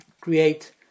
create